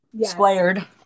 squared